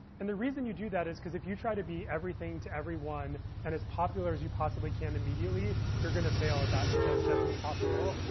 and the reason you do that is because, if you try to be everything to everyone and as popular as you possibly can immediately, you're going to fail at that, because that's impossible.